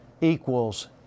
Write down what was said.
equals